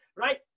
Right